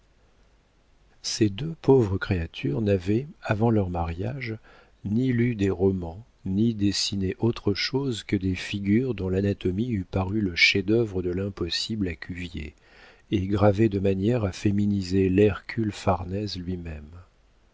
ces deux pauvres créatures n'avaient avant leur mariage ni lu de romans ni dessiné autre chose que des figures dont l'anatomie eût paru le chef-d'œuvre de l'impossible à cuvier et gravées de manière à féminiser l'hercule farnèse lui-même